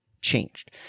changed